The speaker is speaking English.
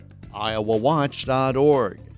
iowawatch.org